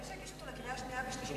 לפני שיגישו אותו לקריאה השנייה והשלישית,